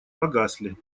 погасли